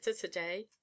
today